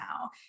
now